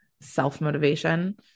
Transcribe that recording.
self-motivation